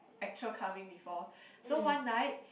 actual clubbing before so one night